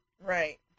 Right